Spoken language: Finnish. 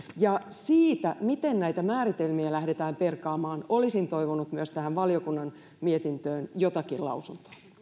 ja myös siitä miten näitä määritelmiä lähdetään perkaamaan olisin toivonut tähän valiokunnan mietintöön jotakin lausuntoa